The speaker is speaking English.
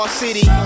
city